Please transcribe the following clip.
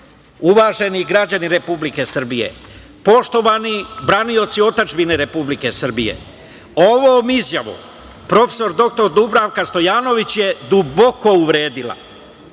citat. Uvaženi građani Republike Srbije, poštovani branioci otadžbine Republike Srbije, ovom izjavom prof. dr Dubravka Stojanović je duboko uvredila